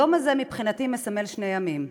היום הזה, מבחינתי, מסמל שני ימים: